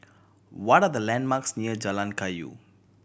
what are the landmarks near Jalan Kayu